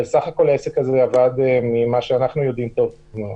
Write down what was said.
אבל בסך הכול ממה שאנחנו יודעים העסק הזה עבד טוב מאוד.